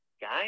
guys